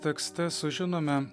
tekste sužinome